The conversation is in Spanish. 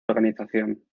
organización